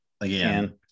again